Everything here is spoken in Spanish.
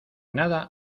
nada